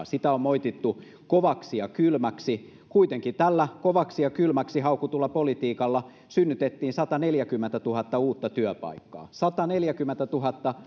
sitä on moitittu kovaksi ja kylmäksi kuitenkin tällä kovaksi ja kylmäksi haukutulla politiikalla synnytettiin sataneljäkymmentätuhatta uutta työpaikkaa sataneljäkymmentätuhatta